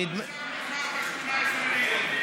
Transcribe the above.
המושב נגמר ב-18 ביולי.